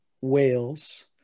Wales